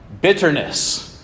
Bitterness